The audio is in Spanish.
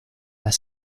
las